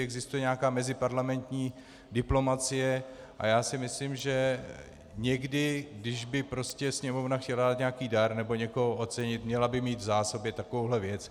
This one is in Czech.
Existuje nějaká meziparlamentní diplomacie a já si myslím, že někdy kdyby prostě Sněmovna chtěla dát nějaký dar nebo někoho ocenit, měla by mít v zásobě takovouhle věc.